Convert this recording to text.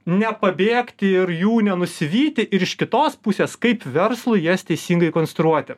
nepabėgti ir jų nenusivyti ir iš kitos pusės kaip verslui jas teisingai konstruoti